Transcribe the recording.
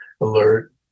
alert